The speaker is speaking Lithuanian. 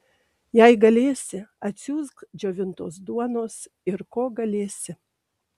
jei galėsi atsiųsk džiovintos duonos ir ko galėsi